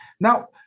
Now